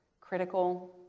critical